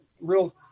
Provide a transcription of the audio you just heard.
real